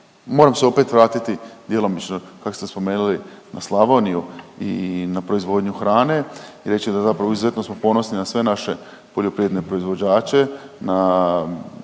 Moram se opet vratiti djelomično, kako ste spomenuli na Slavoniju i na proizvodnju hrane i reći da zapravo izuzetno smo ponosni na sve naše poljoprivredne proizvođače,